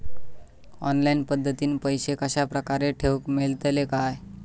Online पद्धतीन पैसे कश्या प्रकारे ठेऊक मेळतले काय?